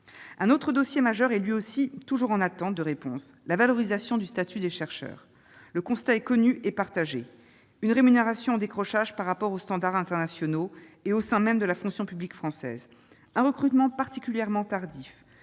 Un autre dossier majeur est, lui aussi, toujours en attente de réponses : la valorisation du statut des chercheurs. Le constat est connu et partagé : une rémunération en décrochage par rapport aux standards internationaux et au sein même de la fonction publique française ; un recrutement particulièrement tardif